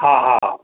हा हा